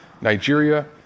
Nigeria